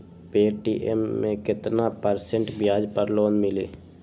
Paytm मे केतना percent ब्याज पर लोन मिली?